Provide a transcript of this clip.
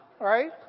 Right